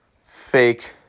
Fake